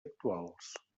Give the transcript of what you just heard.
actuals